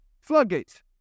Floodgates